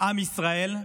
עם ישראל,